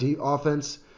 offense